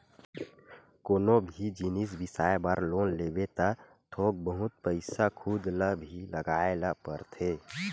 कोनो भी जिनिस बिसाए बर लोन लेबे त थोक बहुत पइसा खुद ल भी लगाए ल परथे